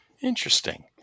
Interesting